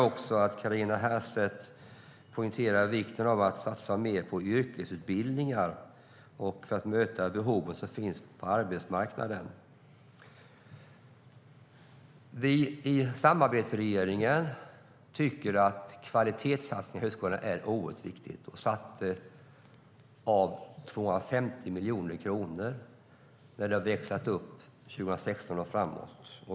Carina Herrstedt poängterar också vikten av att satsa mer på yrkesutbildningar för att möta arbetsmarknadens behov. Vi i samarbetsregeringen tycker att kvalitetssatsning på högskolan är viktigt och har satt av 250 miljoner kronor för 2016 och framåt.